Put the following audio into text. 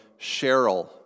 Cheryl